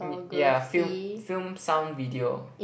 yeah film film sound video